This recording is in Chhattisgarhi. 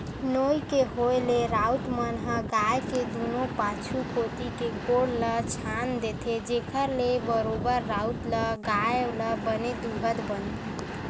नोई के होय ले राउत मन ह गाय के दूनों पाछू कोती के गोड़ ल छांद देथे, जेखर ले बरोबर राउत ल गाय ल बने दूहत बनय